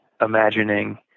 imagining